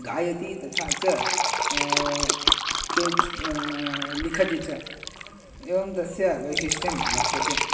गायति तथा च के च लिखति च एवं तस्य वैशिष्ट्यं वर्तते